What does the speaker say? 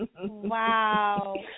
Wow